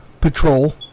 patrol